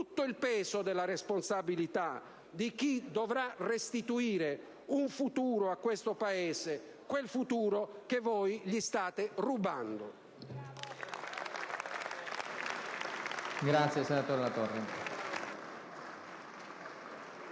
tutto il peso della responsabilità di chi dovrà restituire un futuro a questo Paese: quel futuro che voi gli state rubando.